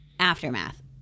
aftermath